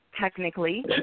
technically